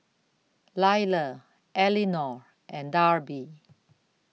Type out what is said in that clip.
Lila Elinor and Darby